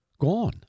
gone